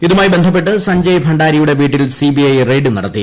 ഇതുമായി ബന്ധപ്പെട്ട് സഞ്ജയ് ഭണ്ഡാരിയുടെ വീട്ടിൽ സി ബി ഐ റെയ്ഡ് നടത്തി